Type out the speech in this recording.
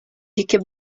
dzikie